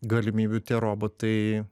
galimybių tie robotai